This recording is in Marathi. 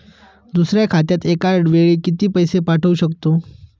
दुसऱ्या खात्यात एका वेळी किती पैसे पाठवू शकतो?